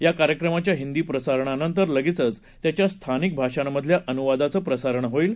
या कार्यक्रमाच्या हिंदी प्रसारणानंतर लगेचचं त्याच्या स्थानिक भाषांमधल्या अनुवादनाचं प्रसारण होईल